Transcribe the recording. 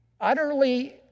utterly